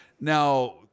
now